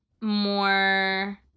more